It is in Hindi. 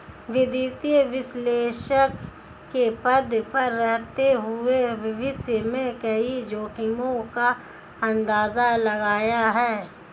वित्तीय विश्लेषक के पद पर रहते हुए भविष्य में कई जोखिमो का अंदाज़ा लगाया है